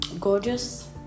gorgeous